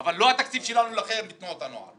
אבל לא התפקיד שלנו להילחם בתנועות הנוער,